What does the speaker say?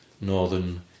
northern